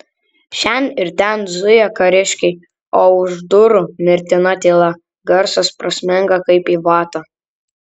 šen ir ten zuja kariškiai o už durų mirtina tyla garsas prasmenga kaip į vatą